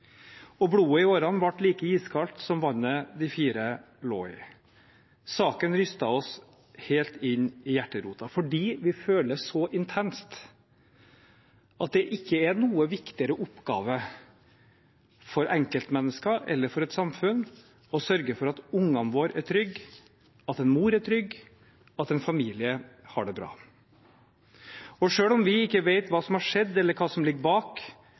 og blodet i årene ble like iskaldt som vannet de fire lå i. Saken rystet oss helt inn i hjerterota fordi vi føler så intenst at det ikke er noen viktigere oppgave for enkeltmennesker eller for et samfunn enn å sørge for at ungene våre er trygge, at en mor er trygg, at en familie har det bra. Og selv om vi ikke vet hva som har skjedd, eller hva som ligger bak,